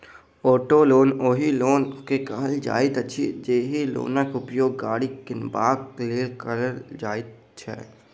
auto loan ओहि loan के कहल जाइत अछि, जाहि लोनक उपयोग गाड़ी किनबाक लेल कयल जाइत छै